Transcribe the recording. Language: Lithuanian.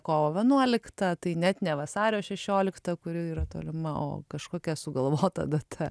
kovo vienuolikta tai net ne vasario šešiolikta kuri yra tolima o kažkokia sugalvota data